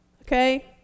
Okay